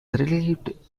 relieved